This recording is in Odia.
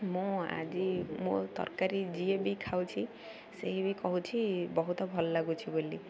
ମୁଁ ଆଜି ମୋ ତରକାରୀ ଯିଏ ବି ଖାଉଛି ସେଇ ବି କହୁଛି ବହୁତ ଭଲ ଲାଗୁଛି ବୋଲି